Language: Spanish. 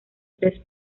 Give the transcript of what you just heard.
tres